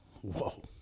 Whoa